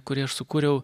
kurį aš sukūriau